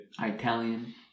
Italian